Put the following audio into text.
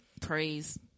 praise